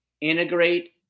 integrate